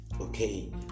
Okay